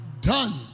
done